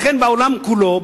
לכן בעולם כולו,